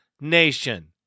Nation